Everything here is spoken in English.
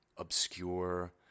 obscure